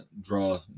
draw